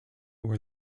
aware